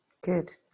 Good